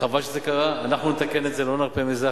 חבל שזה קרה ואנחנו נתקן את זה, לא נרפה מזה.